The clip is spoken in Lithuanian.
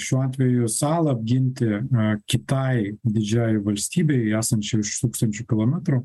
šiuo atveju salą apginti kitai didžiajai valstybei esančiai už tūkstančių kilometrų